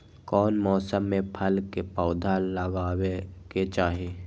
कौन मौसम में फल के पौधा लगाबे के चाहि?